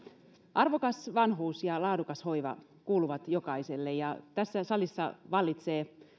arvokas vanhuus ja laadukas hoiva kuuluvat jokaiselle ja tässä salissa vallitsee